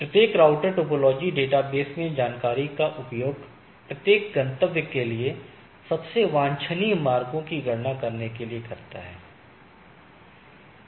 प्रत्येक router topology database में जानकारी का उपयोग प्रत्येक गंतव्य के लिए सबसे वांछनीय मार्गों की गणना करने के लिए करता है